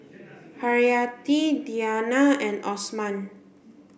Haryati Diyana and Osman